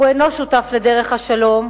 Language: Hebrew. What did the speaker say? הוא אינו שותף לדרך השלום,